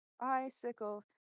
Icicle